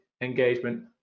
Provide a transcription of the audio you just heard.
engagement